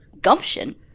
gumption